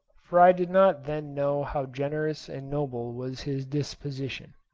for i did not then know how generous and noble was his disposition.